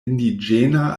indiĝena